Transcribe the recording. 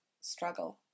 struggle